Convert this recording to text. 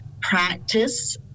practice